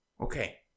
okay